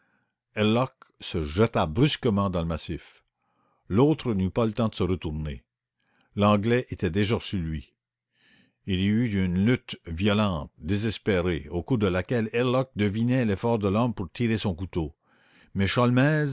herlock se jeta brusquement dans le massif l'autre n'eut pas le temps de se retourner l'anglais était déjà sur lui il y eut une lutte violente désespérée au cours de laquelle herlock devinait l'effort de l'homme pour tirer son couteau mais